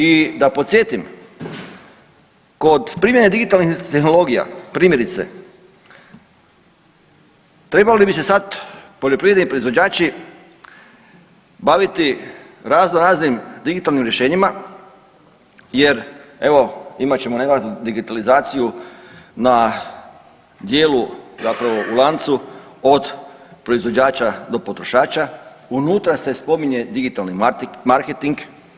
I da podsjetim, kod primjene digitalnih tehnologija, primjerice, trebali bi se sad poljoprivredni proizvođači baviti razno raznim digitalnim rješenjima jer evo, imat ćemo digitalizaciju na dijelu zapravo u lancu od proizvođača do potrošača, unutra se spominje digitalni marketing.